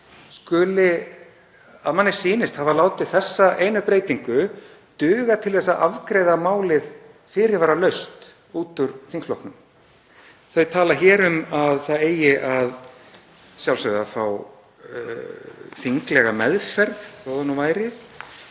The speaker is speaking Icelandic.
skuli að manni sýnist hafa látið þessa einu breytingu duga til þess að afgreiða málið fyrirvaralaust út úr þingflokknum. Þau tala hér um að það eigi að sjálfsögðu að fá þinglega meðferð — þó það nú væri